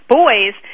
boys